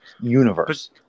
universe